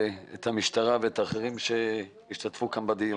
את המשטרה והאחרים שהשתתפו בדיון.